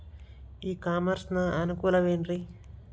E commerce ನ ಅನುಕೂಲವೇನ್ರೇ?